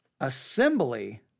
assembly